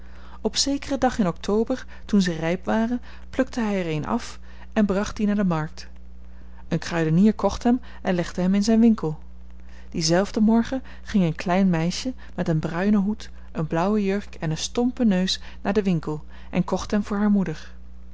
op zekeren dag in october toen ze rijp waren plukte hij er een af en bracht dien naar de markt een kruidenier kocht hem en legde hem in zijn winkel dienzelfden morgen ging een klein meisje met een bruinen hoed een blauwe jurk en een stompen neus naar den winkel en kocht hem voor haar moeder